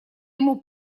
ему